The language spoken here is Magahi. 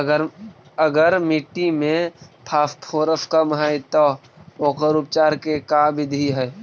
अगर मट्टी में फास्फोरस कम है त ओकर उपचार के का बिधि है?